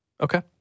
Okay